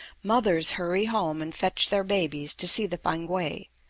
mothers hurry home and fetch their babies to see the fankwae,